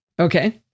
Okay